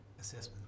assessment